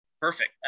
Perfect